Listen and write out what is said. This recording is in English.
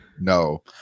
No